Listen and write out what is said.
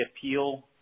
appeal